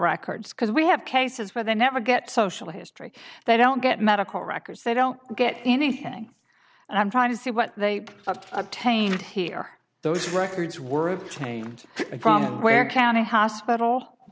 records because we have cases where they never get social history they don't get medical records they don't get anything and i'm trying to see what they have attained here those records were obtained from where county hospital